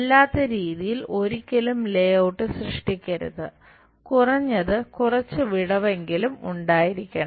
അല്ലാത്ത രീതിയിൽ ഒരിക്കലും ലേഔട്ട് സൃഷ്ടിക്കരുത് കുറഞ്ഞത് കുറച്ച് വിടവ് എങ്കിലും ഉണ്ടായിരിക്കണം